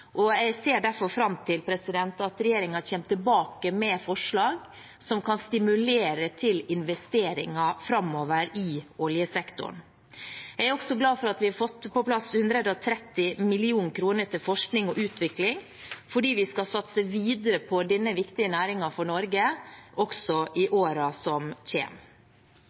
og derfor er det viktig at vi nå også tenker langsiktig. Jeg ser derfor fram til at regjeringen kommer tilbake med forslag som kan stimulere til investeringer framover i oljesektoren. Jeg er også glad for at vi har fått på plass 130 mill. kr til forskning og utvikling, fordi vi skal satse videre på denne viktige næringen for Norge også i årene som